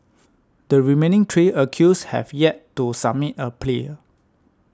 the remaining three accused have yet to submit a plea